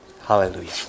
hallelujah